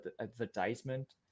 advertisement